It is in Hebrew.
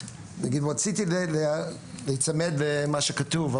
רציתי להיצמד למה שכתוב,